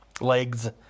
legs